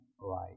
right